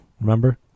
Remember